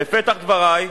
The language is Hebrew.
בפתח דברי,